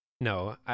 No